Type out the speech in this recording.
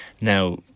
Now